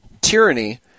tyranny